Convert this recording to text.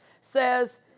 says